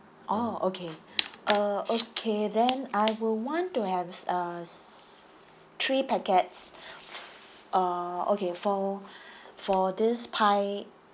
orh okay uh okay then I will want to have uh s~ three packets uh okay for for this pie